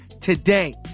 today